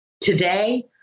Today